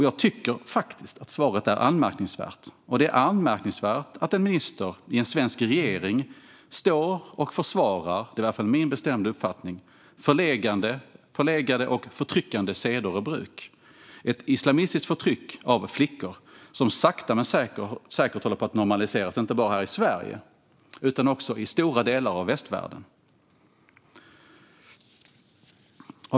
Jag tycker att svaret är anmärkningsvärt, och det är anmärkningsvärt att en minister i en svensk regering försvarar, enligt min bestämda uppfattning, förlegade och förtryckande seder och bruk. Det handlar om ett islamistiskt förtryck av flickor som sakta men säkert håller på att normaliseras inte bara här i Sverige utan också i stora delar av västvärlden.